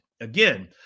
Again